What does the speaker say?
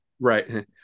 right